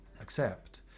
accept